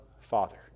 Father